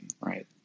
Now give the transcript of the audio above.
right